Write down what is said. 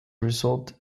result